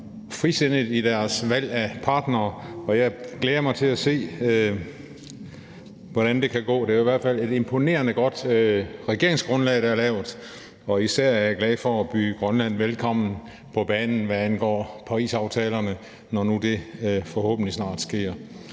frisindede i deres valg af partnere, og jeg glæder mig til at se, hvordan det går. Det er i hvert fald et imponerende godt regeringsgrundlag, der er lavet, og især er jeg glad for at byde Grønland velkommen på banen, hvad angår Parisaftalen, når nu det forhåbentlig snart sker.